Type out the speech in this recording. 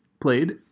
played